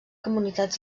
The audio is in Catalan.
comunitats